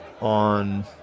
On